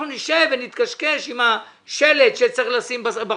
אנחנו נשב ונתקשקש עם השלט שצריך לשים בחוץ,